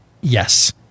Yes